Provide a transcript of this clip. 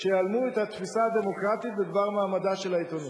שיהלמו את התפיסה הדמוקרטית בדבר מעמדה של העיתונות.